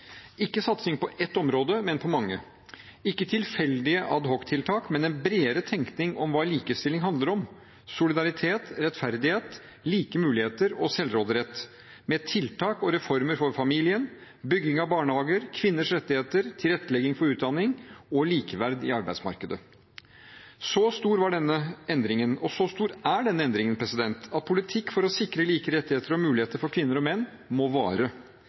ikke satsing på ett område, men på mange, ikke tilfeldige adhoctiltak, men en bredere tenkning om hva likestilling handler om: solidaritet, rettferdighet, like muligheter og selvråderett, med tiltak og reformer for familien, bygging av barnehager, kvinners rettigheter, tilrettelegging for utdanning og likeverd i arbeidsmarkedet. Så stor var denne endringen, og så stor er denne endringen, at politikk for å sikre like rettigheter og muligheter for kvinner og menn må vare,